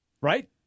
Right